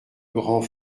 grand